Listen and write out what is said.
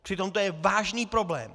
Přitom to je vážný problém.